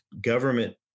Government